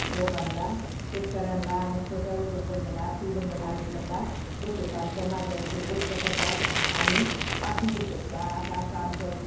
लोकांना शेतकऱ्यांला आणि छोट्या उद्योगधंधंद्यांना आर्थिक धंद्याला आम्ही सल्ला देतो आमच्या माध्यमातील वृत्तपत्रात आम्ही पाठवून देतो की असं असं आमचं